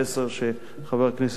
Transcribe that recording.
שחבר הכנסת אורלב